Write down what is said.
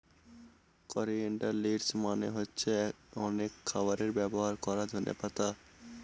coriander leaves মানে হচ্ছে অনেক খাবারে ব্যবহার করা ধনে পাতা